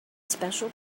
special